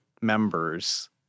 members